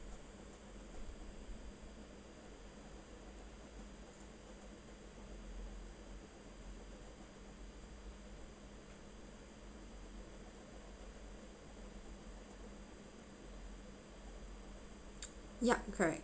yup correct